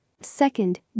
Second